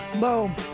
Boom